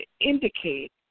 indicate